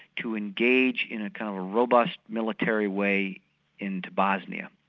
to engage in a kind of a robust military way into bosnia.